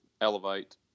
Elevate